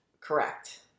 correct